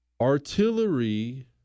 Artillery